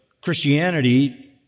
Christianity